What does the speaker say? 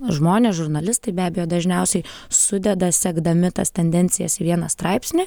žmonės žurnalistai be abejo dažniausiai sudeda sekdami tas tendencijas į vieną straipsnį